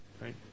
right